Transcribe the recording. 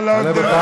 תודה רבה, אדוני.